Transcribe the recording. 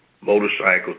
motorcycle